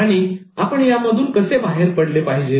आणि आपण या मधून कसे बाहेर पडले पाहिजे